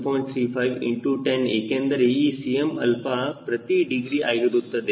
35 into 10 ಏಕೆಂದರೆ ಈ Cm alpha ಪ್ರತಿ ಡಿಗ್ರಿ ಆಗಿರುತ್ತದೆ